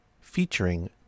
featuring